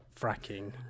fracking